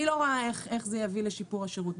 אני לא רואה איך זה יביא לשיפור השירות.